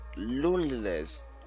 loneliness